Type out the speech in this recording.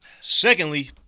Secondly